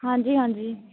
ਹਾਂਜੀ ਹਾਂਜੀ